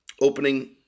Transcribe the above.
opening